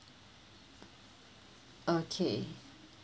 okay